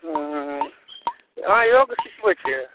अहाँ योग सिखबय छियै